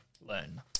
Learn